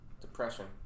Depression